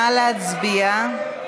נא להצביע.